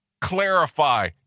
clarify